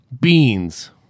Beans